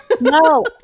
No